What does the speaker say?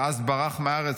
ואז ברח מהארץ,